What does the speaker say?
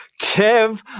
Kev